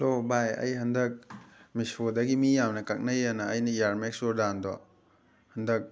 hello ꯚꯥꯏ ꯑꯩ ꯍꯟꯗꯛ ꯃꯤꯁꯣꯗꯒꯤ ꯃꯤ ꯌꯥꯝꯅ ꯀꯛꯅꯩꯑꯅ ꯑꯩꯅ ꯏꯌꯥꯔꯃꯦꯛꯁ ꯖꯣꯔꯗꯥꯟꯗꯣ ꯍꯟꯗꯛ